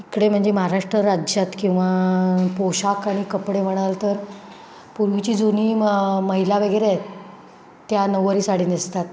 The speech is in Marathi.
कपडे म्हणजे महाराष्ट्र राज्यात किंवा पोशाख आणि कपडे म्हणाल तर पूर्वीची जुनी म महिला वगैरे आहेत त्या नऊवारी साडी नेसतात